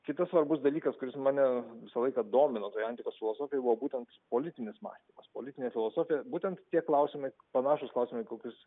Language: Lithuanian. kitas svarbus dalykas kuris mane visą laiką domino antikos filosofijoj buvo būtent politinis mąstymas politinė filosofija būtent tie klausimai panašūs klausimai kokius